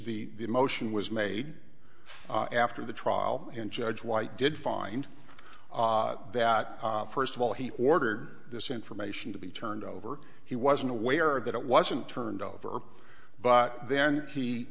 the motion was made after the trial in judge white did find that first of all he ordered this information to be turned over he wasn't aware that it wasn't turned over but then he